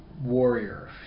warrior